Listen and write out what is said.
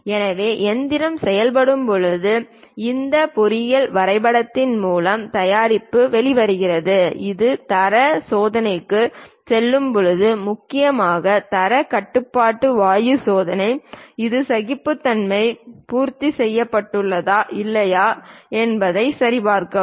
எனவே எந்திரம் செய்யப்படும்போது இந்த பொறியியல் வரைபடத்தின் மூலம் தயாரிப்பு வெளிவருகிறது இது தர சோதனைக்குச் செல்லும் போது முக்கியமாக தரக் கட்டுப்பாட்டு வாயு சோதனை இந்த சகிப்புத்தன்மை பூர்த்தி செய்யப்பட்டுள்ளதா இல்லையா என்பதை சரிபார்க்கவும்